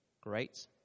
great